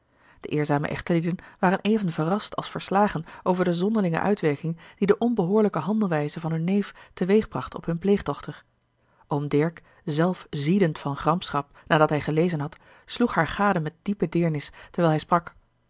de eerzame echtelieden waren even verrast als verslagen over de zonderlinge uitwerking die de onbehoorlijke handelwijze van hun neef teweegbracht op hunne pleegdochter oom dirk zelf ziedend van gramschap nadat hij gelezen had sloeg haar gade met diepe deernis terwijl hij sprak